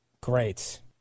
Great